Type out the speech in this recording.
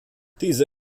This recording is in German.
diese